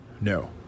no